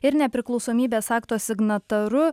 ir nepriklausomybės akto signataru